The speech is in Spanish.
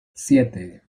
siete